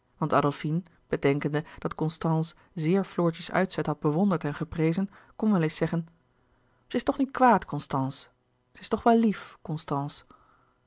want adolfine bedenkende dat constance zeer floortjes uitzet had bewonderd en geprezen kon wel eens zeggen ze is toch niet kwaad constance ze is toch wel lief constance